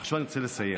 עכשיו אני רוצה לסיים.